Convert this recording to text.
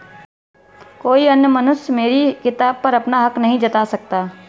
कोई अन्य मनुष्य मेरी किताब पर अपना हक नहीं जता सकता